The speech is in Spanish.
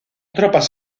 tropas